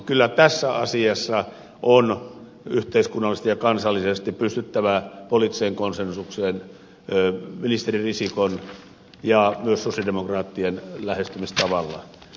kyllä tässä asiassa on yhteiskunnallisesti ja kansallisesti pystyttävä poliittiseen konsensukseen ministeri risikon ja myös sosialidemokraattien lähestymistavalla